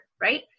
right